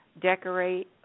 decorate